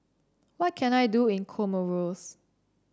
what can I do in Comoros